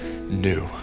new